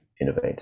innovate